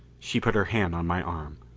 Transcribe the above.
she put her hand on my arm.